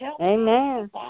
Amen